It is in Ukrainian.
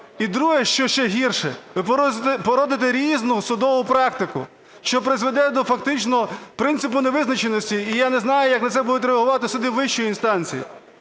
І друге, що ще гірше, ви породите різну судову практику, що призведе до фактичного принципу невизначеності, і я не знаю, як на це будуть реагувати суди вищої інстанції.